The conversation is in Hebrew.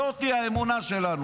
זאת האמונה שלנו.